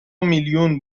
میلیون